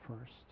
first